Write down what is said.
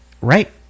right